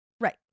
right